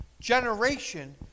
generation